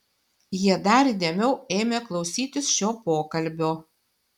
jie dar įdėmiau ėmė klausytis šio pokalbio